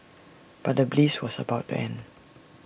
but the bliss was about to end